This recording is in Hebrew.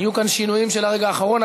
היו כאן שינויים של הרגע האחרון.